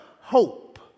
Hope